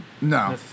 no